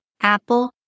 Apple